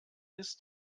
ist